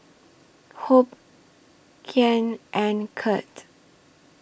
Hope Kyan and Curt